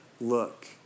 look